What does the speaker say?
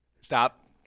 Stop